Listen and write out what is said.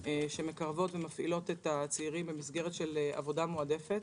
שמקרבות ומפעילות את הצעירים במסגרת של עבודה מועדפת.